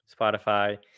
Spotify